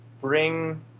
bring